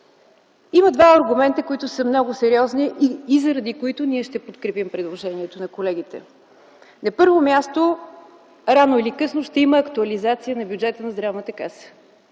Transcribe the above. Има два аргумента, които са много сериозни и заради които ние ще подкрепим предложението на колегите. На първо място, рано или късно ще има актуализация на бюджета на Здравната каса.